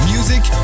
Music